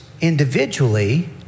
individually